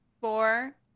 four